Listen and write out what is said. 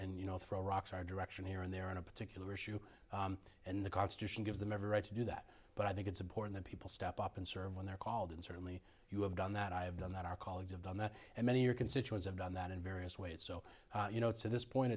and you know throw rocks our direction here and there on a particular issue and the constitution gives them every right to do that but i think it's important that people step up and serve when they're called and certainly you have done that i have done that our colleagues have done that and many your constituents have done that in various ways so you know to this point